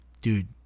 Dude